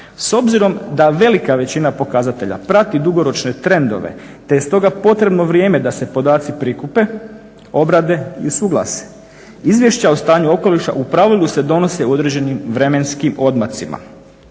S obzirom da velika većina pokazatelja prati dugoročne trendove te je stoga potrebno vrijeme da se podaci prikupe, obrade i usuglase izvješća o stanju okoliša u pravilu se donose u određenim vremenskim odmacima